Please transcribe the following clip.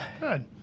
Good